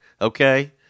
okay